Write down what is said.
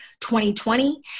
2020